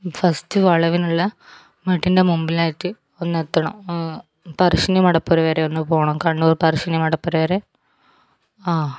first വളവിലുള്ള വീട്ടിൻ്റെ മുൻപിലായിട്ട് ഒന്നെത്തണം പരശ്ശിനി മടപ്പുര വരെ ഒന്ന് പോകണം കണ്ണൂർ പരശ്ശിനി മടപ്പുര വരെ ആഹ്